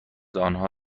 آنها